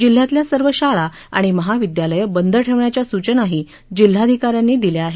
जिल्ह्यातल्या सर्व शाळा आणि महाविद्यालयं बंद ठेवण्याच्या सूचनाही जिल्हाधिकाऱ्यांनी दिल्या आहेत